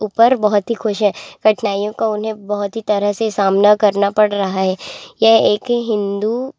ऊपर बहुत ही खुश है कठनाइयों का उन्हें बहुत ही तरह से सामना करना पड़ रहा है यह एक ही हिन्दू